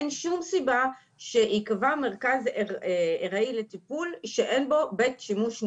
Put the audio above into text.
אין שום סיבה שייקבע מרכז ארעי לטיפול שאין בו בית שימוש נגיש.